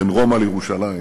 בין רומא לירושלים,